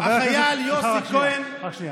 החייל יוסי כהן, סליחה, רק שנייה.